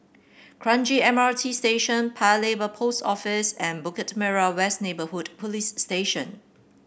Kranji M R T Station Paya Lebar Post Office and Bukit Merah West Neighbourhood Police Station